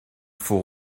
faut